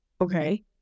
okay